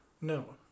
No